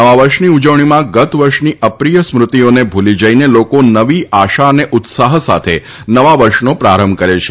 નવા વર્ષની ઉજવણીમાં ગત વર્ષની અપ્રિય સ્મૃતિઓને ભુલી જઈને લોકો નવી આશા અને ઉત્સાહ સાથે નવા વર્ષનો પ્રારંભ કરે છે